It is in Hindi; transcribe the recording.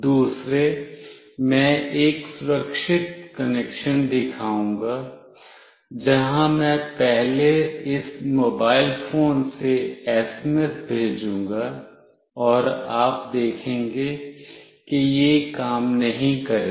दूसरे मैं एक सुरक्षित कनेक्शन दिखाऊंगा जहां मैं पहले इस मोबाइल फोन से एसएमएस भेजूंगा और आप देखेंगे कि यह काम नहीं करेगा